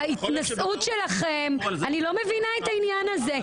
ההתנשאות שלכם, אני לא מבינה את העניין הזה.